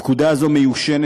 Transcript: הפקודה הזאת מיושנת,